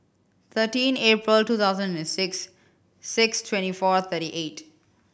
thirteen April two thousand and six six twenty four thirty eight